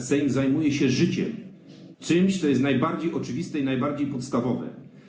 Sejm zajmuje się życiem, czymś, co jest najbardziej oczywiste i najbardziej podstawowe.